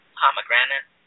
pomegranate